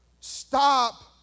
Stop